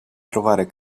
trovare